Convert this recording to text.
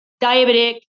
diabetic